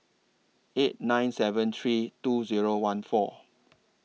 eight nine seven three two Zero one four